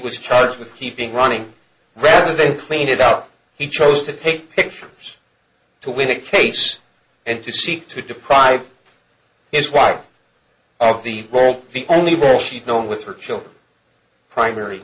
was charged with keeping running rather than clean it up he chose to take pictures to win a case and to seek to deprive his wife of the role the only role she'd known with her children primary